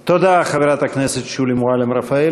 תודה, חברת הכנסת שולי מועלם-רפאלי.